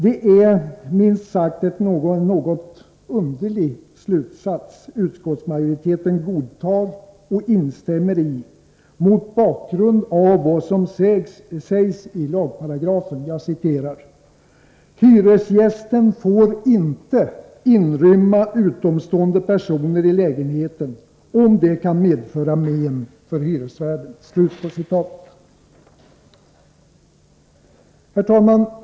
Det är minst sagt en något underlig slutsats som utskottsmajoriteten kommer fram till mot bakgrund av vad som sägs i lagparagrafen: ”Hyresgästen får ej inrymma utomstående personer i lägenheten, om det kan medföra men för hyresvärden.” Herr talman!